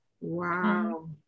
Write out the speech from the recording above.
Wow